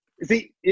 See